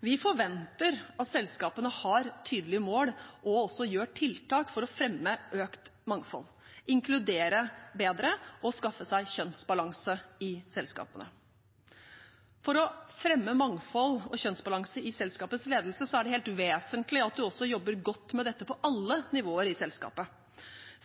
Vi forventer at selskapene har tydelige mål og også gjør tiltak for å fremme økt mangfold, inkludere bedre og skaffe seg kjønnsbalanse i selskapene. For å fremme mangfold og kjønnsbalanse i selskapets ledelse er det helt vesentlig at en også jobber godt med dette på alle nivåer i selskapet.